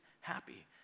happy